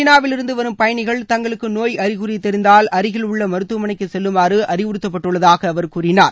சீனாவிலிருந்து வரும் பயணிகள் தங்களுக்கு நோய் அறிகுறி தெரிந்தால் அருகில் உள்ள மருத்துவமனைக்கு செல்லுமாறு அறிவுறுத்தப்பட்டுள்ளதாக அவர் கூறினார்